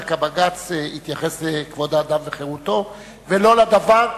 רק הבג"ץ התייחס לכבוד האדם וחירותו ולא לדבר,